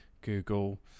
Google